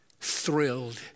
thrilled